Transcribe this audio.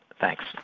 Thanks